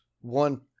one